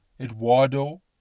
Eduardo